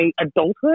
adulthood